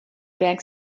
bank